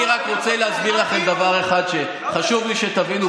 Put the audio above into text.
אני רק רוצה להסביר לכם דבר אחד שחשוב לי שתבינו,